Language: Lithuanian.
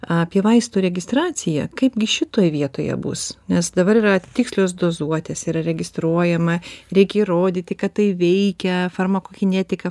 apie vaistų registraciją kaipgi šitoj vietoje bus nes dabar yra tikslios dozuotės yra registruojama reikia įrodyti kad tai veikia farmakogenetika